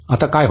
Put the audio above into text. आता काय होईल